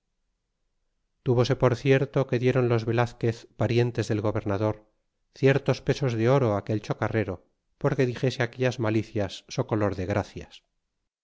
túvose por cierto que dieron los velazquez parientes del gobernador ciertos pesos de oro aquel chocarrero porque dixese aquellas malicias socolor de gracias